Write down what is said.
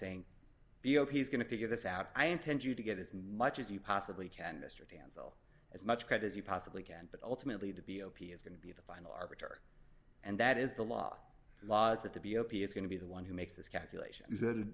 saying b o p s going to figure this out i intend you to get as much as you possibly can mr van zyl as much credit as you possibly can but ultimately the b o p s going to be the final arbiter and that is the law laws that the b o p s going to be the one who makes this calculation